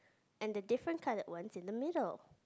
and the difference cut up ones in the middle